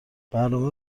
برنامه